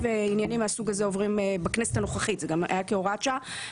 עניינים מהסוג הזה עוברים בכנסת הנוכחית זה גם היה כהוראת שעה,